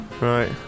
Right